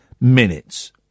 minutes